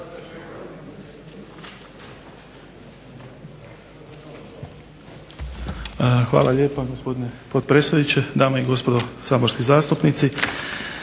Hvala lijepa gospodine potpredsjedniče, dame i gospodo saborski zastupnici.